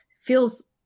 feels